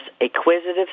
acquisitive